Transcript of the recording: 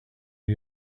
are